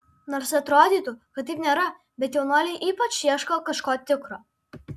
nors atrodytų kad taip nėra bet jaunuoliai ypač ieško kažko tikro